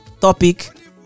topic